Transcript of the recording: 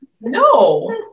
no